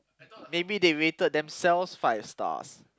maybe they rated themselves five stars